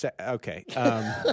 Okay